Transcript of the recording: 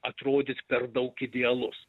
atrodyt per daug idealus